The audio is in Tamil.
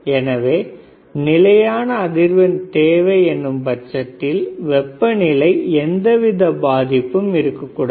எனவே நிலையான அதிர்வெண் தேவை என்னும் பட்சத்தில் வெப்பநிலையால் எந்தவித பாதிப்பும் இருக்க கூடாது